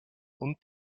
und